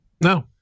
No